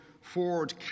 Ford